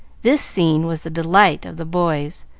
this scene was the delight of the boys,